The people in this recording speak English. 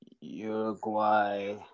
Uruguay